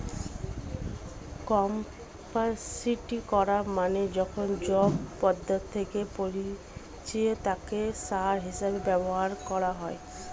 composting করা মানে যখন জৈব পদার্থকে পচিয়ে তাকে সার হিসেবে ব্যবহার করা হয়